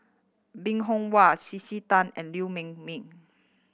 Bong Hiong Hwa C C Tan and Liew Ming Mee